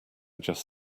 just